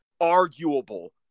arguable